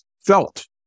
felt